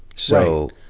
so,